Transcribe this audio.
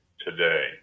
today